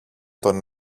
τον